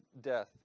death